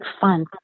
fun